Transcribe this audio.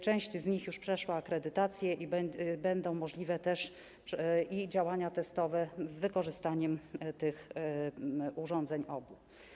Część z nich już przeszła akredytację i będą możliwe też działania testowe z wykorzystaniem urządzeń OBU.